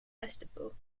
festival